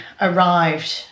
arrived